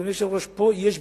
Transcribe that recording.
אדוני היושב-ראש, פה יש ביקורת,